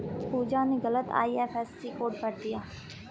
पूजा ने गलत IFSC code भर दिया